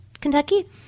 Kentucky